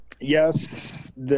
Yes